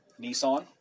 Nissan